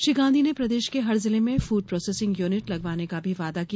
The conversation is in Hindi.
श्री गांधी ने प्रदेश के हर जिले में फूड प्रोसेसिंग यूनिट लगवाने का भी वादा किया